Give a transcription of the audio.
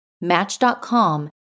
Match.com